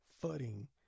footing